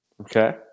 okay